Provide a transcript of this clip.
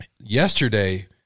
Yesterday